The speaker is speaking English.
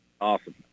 Awesome